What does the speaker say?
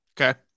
Okay